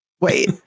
wait